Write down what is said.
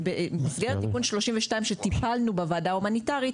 במסגרת תיקון 32 שטיפלנו בוועדה ההומניטרית,